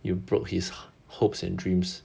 you broke his hopes and dreams